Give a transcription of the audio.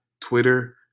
Twitter